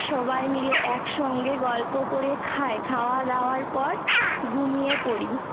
সবাই মিলে এক সঙ্গে গল্প করে খাই খাওয়া দাওয়ার পর ঘুমিয়ে পড়ি